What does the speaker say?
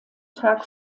tag